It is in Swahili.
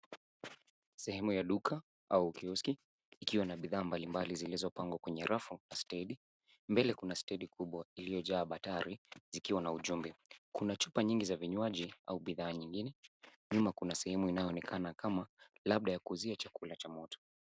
Sehemu ya duka au kioski, ikiwa na bidhaa mbalimbali zilizopangwa kwenye rafu na stedi. Mbele kuna stedi kubwa iliyojaa batari zikiwa na ujumbe. Kuna chupa nyingi za vinywaji au bidhaa zingine. Nyuma kuna sehemu inayoonekana kama labda ya kuuzia chakula moto.